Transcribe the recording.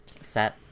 set